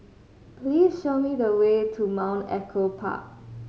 please show me the way to Mount Echo Park